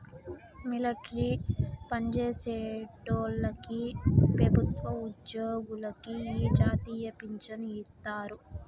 military పన్జేసేటోల్లకి పెబుత్వ ఉజ్జోగులకి ఈ జాతీయ పించను ఇత్తారు